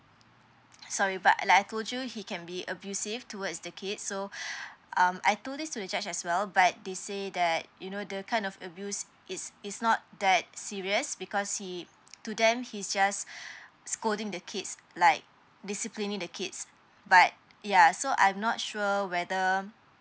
sorry but like I told you he can be abusive towards the kids so um I told this to the judge as well but they say that you know the kind of abuse is is not that serious because he to them he's just scolding the kids like discipline the kids but ya so I'm not sure whether